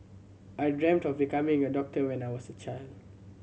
I dreamt of becoming a doctor when I was a child